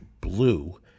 blue